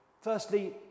Firstly